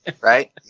Right